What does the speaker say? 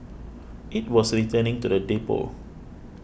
it was returning to the depot